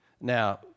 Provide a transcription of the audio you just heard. Now